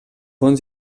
fons